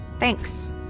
thanks.